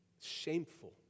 Shameful